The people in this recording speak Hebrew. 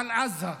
על עזה.